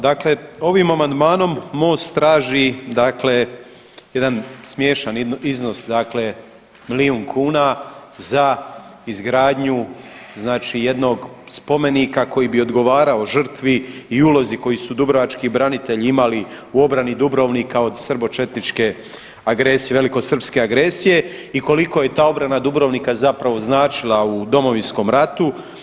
Dakle, ovim amandmanom Most traži jedan smiješan iznos dakle milijun kuna za izgradnju jednog spomenika koji bi odgovarao žrtvi i ulozi koju su dubrovački branitelji imali u obrani Dubrovnika od srbočetničke agresije, velikosrpske agresije i koliko je ta obrana Dubrovnika značila u Domovinskom ratu.